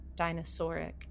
dinosauric